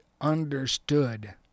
understood